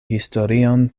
historion